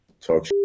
talk